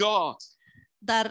God